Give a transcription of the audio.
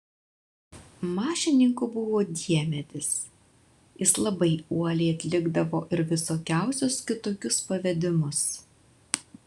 mašininku buvo diemedis jis labai uoliai atlikdavo ir visokiausius kitokius pavedimus